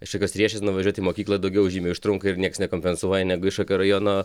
kažkokios riešės nuvažiuot į mokyklą daugiau žymiai užtrunka ir nieks nekompensuoja negu iš kokio rajono